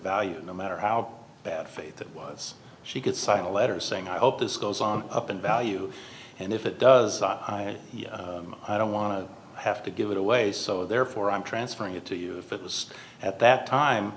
value no matter how bad faith that was she could sign a letter saying i hope this goes on up in value and if it does i don't want to have to give it away so therefore i'm transferring it to you if it was at that time